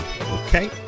okay